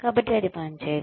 కాబట్టి అది పనిచేయదు